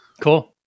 Cool